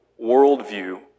worldview